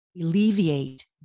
alleviate